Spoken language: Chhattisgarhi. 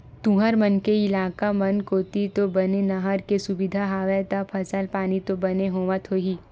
तुंहर मन के इलाका मन कोती तो बने नहर के सुबिधा हवय ता फसल पानी तो बने होवत होही?